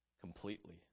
Completely